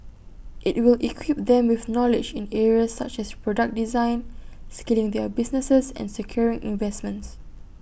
IT will equip them with knowledge in areas such as product design scaling their businesses and securing investments